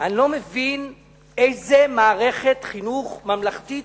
אני לא מבין איזו מערכת חינוך ממלכתית